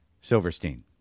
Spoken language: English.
Silverstein